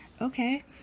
Okay